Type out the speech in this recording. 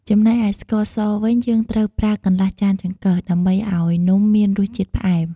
ចំណែកឯ ស្ករសវិញ យើងត្រូវប្រើ កន្លះចានចង្កឹះ ដើម្បីឱ្យនំមានរសជាតិផ្អែម។